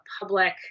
public